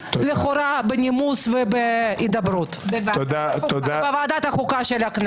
לכאורה בנימוס ובהידברות בוועדת החוקה של הכנסת.